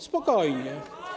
Spokojnie.